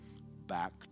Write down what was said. back